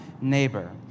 neighbor